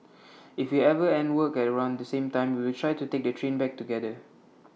if we ever end work at around the same time we will try to take the train back together